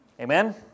amen